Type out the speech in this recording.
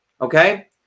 okay